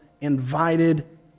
invited